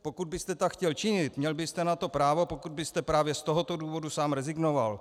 Pokud byste tak chtěl činit, měl byste na to právo, pokud byste právě z tohoto důvodu sám rezignoval.